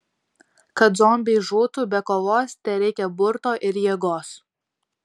kad zombiai žūtų be kovos tereikia burto ir jėgos